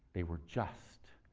they were just.